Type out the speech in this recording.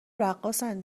رقاصن